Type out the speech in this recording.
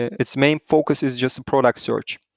its main focus is just product search,